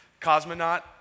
cosmonaut